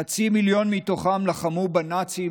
חצי מיליון מתוכם לחמו בנאצים